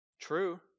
True